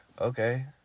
okay